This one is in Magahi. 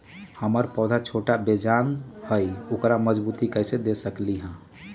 हमर पौधा छोटा बेजान हई उकरा मजबूती कैसे दे सकली ह?